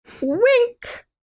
Wink